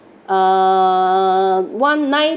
err one night